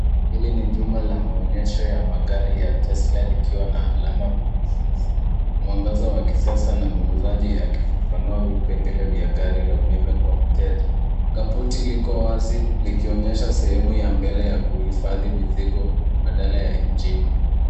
Hili ni jumba la maonyesho ya magari ya tesla likiwa na alama mahususi. Mwangaza wa kisasa na muuzaji akifafanua vipengele vya gari la umeme kwa mteja. Kaputi liko wazi, likionyesha sehemu ya mbele ya kuhifadhi mizigo badala ya injini.